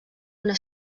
una